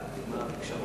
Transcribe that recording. ההצעה